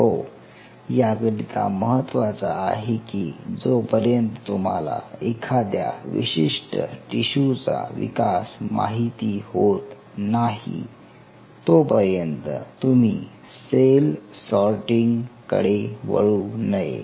हो याकरिता महत्वाचा आहे की जोपर्यंत तुम्हाला एखाद्या विशिष्ट टिशूचा विकास माहिती होत नाही तोपर्यंत तुम्ही सेल सॉर्टिंग कडे वळू नये